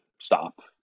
stop